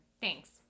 Thanks